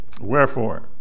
wherefore